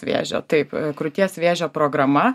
vėžio taip krūties vėžio programa